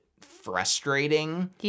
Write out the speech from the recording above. frustrating